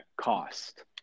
cost